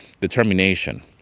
determination